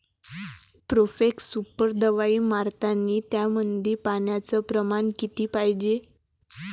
Profex super दवाई मारतानी त्यामंदी पान्याचं प्रमाण किती पायजे?